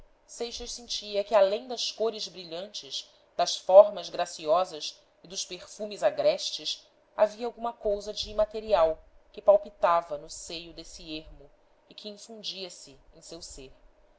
jardim seixas sentia que além das cores brilhantes das formas graciosas e dos perfumes agrestes havia alguma cousa de imaterial que palpitava no seio desse ermo e que infundia se em seu ser